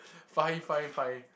fine fine fine